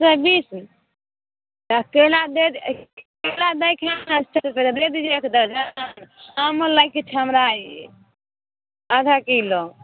एक सए बीस आ केला देब केला दैके है अस्सी रुपिये तऽ दे दीजिए एक दर्जन आमो लैके छै हमरा आधा किलो